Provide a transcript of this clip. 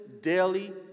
daily